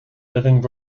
living